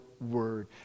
Word